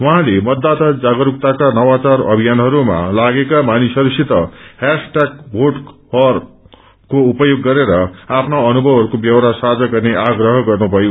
उहाँले मतदाता जागरूकताका नवाचार अभियानहरूमा लागेको मानिसहरूसित ह्यास टयाग भोट करको उपयोग गरेर आफ्ना अनुभवहरूको ब्योरो साझा गर्ने आग्रह गर्नुभयो